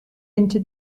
into